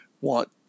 want